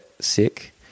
sick